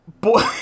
Boy